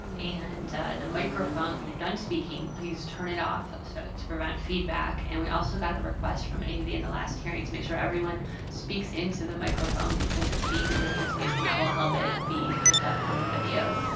and the microphones, when you're done speaking, please turn it off so to prevent feedback and we also got a request from av in the last hearing to make sure everyone speaks into the microphone because it's being videotaped and that will help it be picked up on the video.